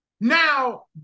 Now